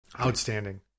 Outstanding